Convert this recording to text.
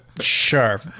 Sure